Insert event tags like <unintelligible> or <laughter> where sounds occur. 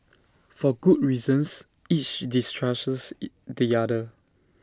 for good reasons each distrusts <unintelligible> the other